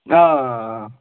آ آ